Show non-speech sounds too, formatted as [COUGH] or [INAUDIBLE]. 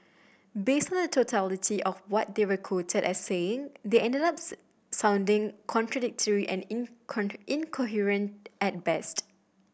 based on the totality of what they were quoted as saying they ended ups sounding contradictory and [UNINTELLIGIBLE] incoherent at best